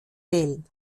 wählen